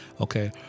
Okay